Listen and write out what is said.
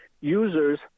users